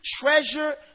treasure